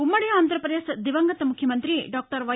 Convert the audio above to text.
ఉమ్మది ఆంధ్రాపదేశ్ దివంగత ముఖ్యమంతి doctor why